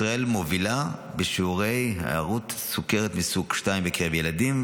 ישראל מובילה בשיעורי היארעות סוכרת מסוג 2 בקרב ילדים,